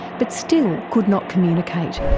but still could not communicate,